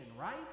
right